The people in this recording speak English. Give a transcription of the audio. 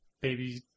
baby